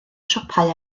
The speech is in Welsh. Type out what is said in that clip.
siopau